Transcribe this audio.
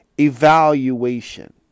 evaluation